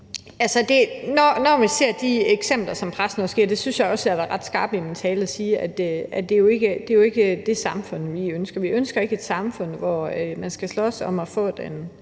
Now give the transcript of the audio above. hensyn til de eksempler, man har set i pressen, så synes jeg også, at jeg ret klart sagde i min tale, at det jo ikke er det samfund, vi ønsker. Vi ønsker ikke et samfund, hvor man skal slås om at få den